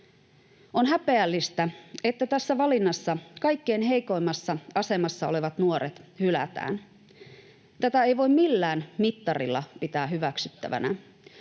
On häpeällistä, että tässä valinnassa kaikkein heikoimmassa asemassa olevat nuoret hylätään. Tätä ei voi millään mittarilla pitää hyväksyttävänä.